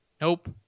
Nope